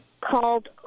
called